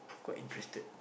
got interested